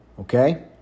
okay